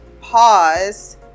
pause